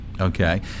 Okay